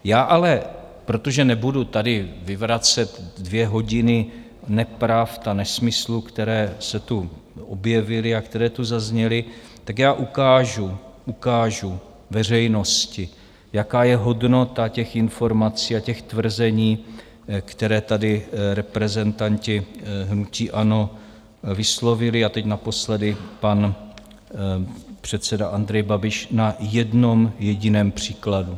Já ale, protože nebudu tady vyvracet dvě hodiny nepravd a nesmyslů, které se tu objevily a které tu zazněly, tak ukážu veřejnosti, jaká je hodnota těch informací a těch tvrzení, které tady reprezentanti hnutí ANO vyslovili, teď naposledy pan předseda Andrej Babiš, na jednom jediném příkladu.